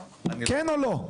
כן או לא?